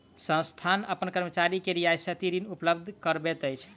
संस्थान अपन कर्मचारी के रियायती ऋण उपलब्ध करबैत अछि